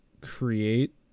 create